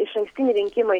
išankstiniai rinkimai